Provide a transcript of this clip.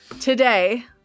Today